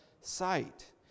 sight